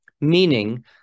Meaning